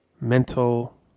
mental